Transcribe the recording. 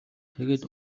тэгээд